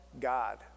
god